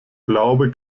glaube